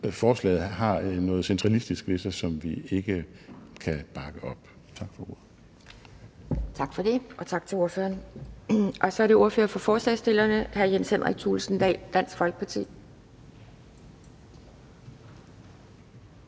forslaget har noget centralistisk ved sig, som vi ikke kan bakke op. Tak for ordet. Kl. 10:49 Anden næstformand (Pia Kjærsgaard): Tak for det, og tak til ordføreren. Så er det ordføreren for forslagsstillerne, hr. Jens Henrik Thulesen Dahl, Dansk Folkeparti.